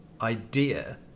idea